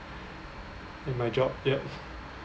and my job yup